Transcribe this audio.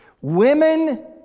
Women